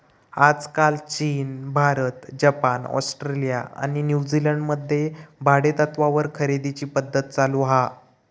आजकाल चीन, भारत, जपान, ऑस्ट्रेलिया आणि न्यूजीलंड मध्ये भाडेतत्त्वावर खरेदीची पध्दत चालु हा